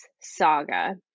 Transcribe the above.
saga